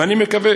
ואני מקווה,